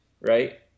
right